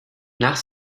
nach